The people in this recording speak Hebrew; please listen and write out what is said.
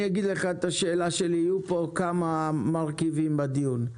יהיו כמה מרכיבים בדיון: